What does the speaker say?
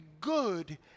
good